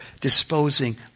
disposing